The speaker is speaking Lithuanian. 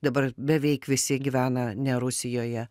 dabar beveik visi gyvena ne rusijoje